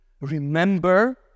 remember